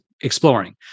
exploring